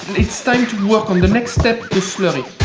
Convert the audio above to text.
it's time to work on the next step the slurry.